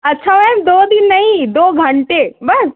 अच्छा मैम दो दिन नहीं दो घन्टे बस